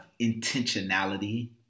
intentionality